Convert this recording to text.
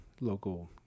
local